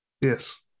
Yes